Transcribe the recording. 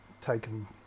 taken